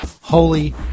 Holy